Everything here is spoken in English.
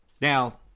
Now